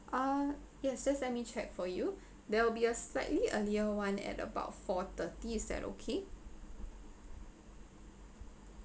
ah yes just let me check for you there will be a slightly earlier one at about four thirty is that okay